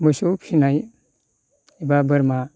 मोसौ फिसिनाय एबा बोरमा